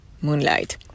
Moonlight